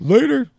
Later